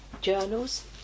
journals